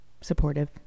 supportive